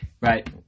right